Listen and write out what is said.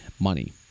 money